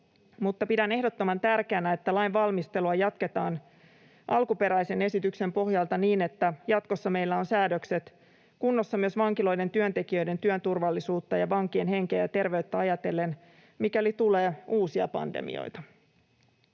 pidän ehdottoman tärkeänä, että lain valmistelua jatketaan alkuperäisen esityksen pohjalta niin, että jatkossa meillä on säädökset kunnossa myös vankiloiden työntekijöiden työn turvallisuutta ja vankien henkeä ja terveyttä ajatellen, mikäli tulee uusia pandemioita.